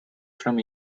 from